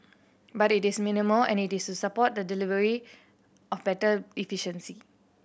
but it is minimal and it is to support the deliver of better efficiency